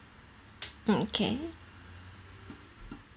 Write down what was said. okay